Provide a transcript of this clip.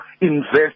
invest